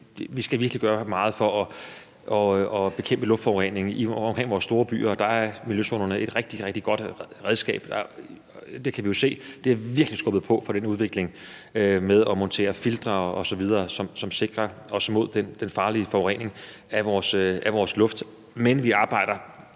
Vi skal virkelig gøre meget for at bekæmpe luftforurening i og omkring vores store byer, og der er miljøzonerne et rigtig, rigtig godt redskab. Det kan vi jo se. Det har virkelig skubbet på den udvikling med at montere filtre osv., som sikrer os mod den farlige forurening af vores luft. Men vi arbejder